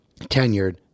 tenured